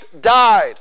died